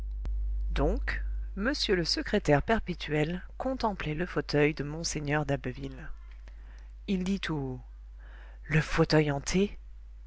donc m le secrétaire perpétuel contemplait le fauteuil de mgr d'abbeville il dit tout haut le fauteuil hanté